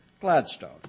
Gladstone